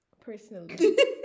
personally